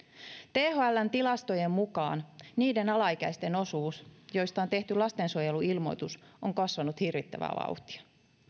thln tilastojen mukaan niiden alaikäisten osuus joista on tehty lastensuojeluilmoitus on kasvanut hirvittävää vauhtia